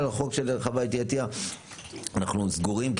על החוק של חוה אתי עטיה אנחנו סגורים כי